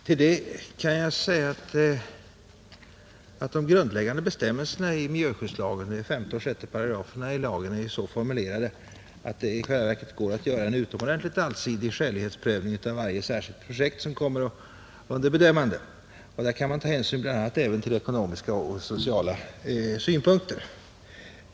Till det kan jag säga att de grundläggande bestämmelserna i miljöskyddslagen — det är 5 och 6 §§— är så formulerade att det i själva verket går att göra en utomordentligt allsidig skälighetsprövning av varje särskilt projekt som kommer under bedömande. Där kan man ta hänsyn bl a, även till ekonomiska och sociala synpunkter.